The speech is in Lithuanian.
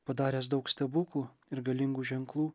padaręs daug stebuklų ir galingų ženklų